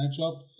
matchup